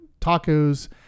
tacos